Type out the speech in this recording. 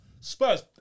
Spurs